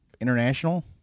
international